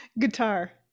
Guitar